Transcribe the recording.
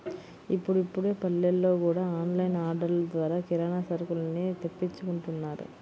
ఇప్పుడిప్పుడే పల్లెల్లో గూడా ఆన్ లైన్ ఆర్డర్లు ద్వారా కిరానా సరుకుల్ని తెప్పించుకుంటున్నారు